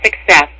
success